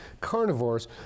carnivores